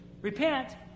Repent